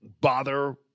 bother